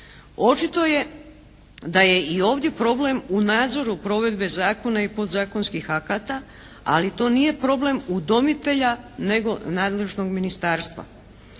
Očito je da je i ovdje problem u nadzoru provedbe zakona i podzakonskih akata ali to nije problem udomitelja nego nadležnog ministarstva.